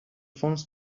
fonds